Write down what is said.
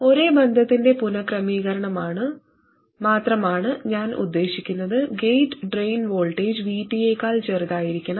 ഒരേ ബന്ധത്തിന്റെ പുനക്രമീകരണം മാത്രമാണ് ഞാൻ ഉദ്ദേശിക്കുന്നത് ഗേറ്റ് ഡ്രെയിൻ വോൾട്ടേജ് VT യേക്കാൾ ചെറുതായിരിക്കണം